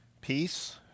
peace